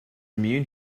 immune